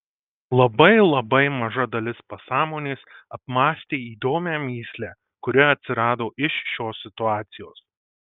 labai labai maža dalis pasąmonės apmąstė įdomią mįslę kuri atsirado iš šios situacijos